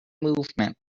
movement